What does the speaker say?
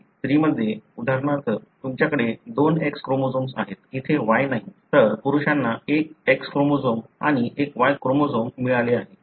स्त्रीमध्ये उदाहरणार्थ तुमच्याकडे दोन X क्रोमोझोम्स आहेत तिथे Y नाही तर पुरुषांना एक X क्रोमोझोम आणि एक Y क्रोमोझोम मिळाले आहे